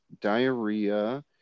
diarrhea